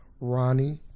Ronnie